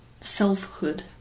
selfhood